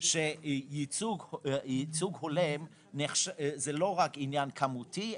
שייצוג הולם הוא לא רק עניין כמותי,